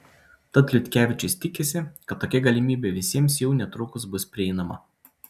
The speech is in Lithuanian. tad liutkevičius tikisi kad tokia galimybė visiems jau netrukus bus prieinama